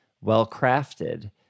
well-crafted